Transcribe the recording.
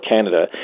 Canada